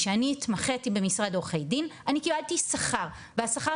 כשאני התמחיתי במשרד עורכי דין אני קיבלתי שכר והשכר